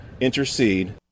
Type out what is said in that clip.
intercede